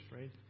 right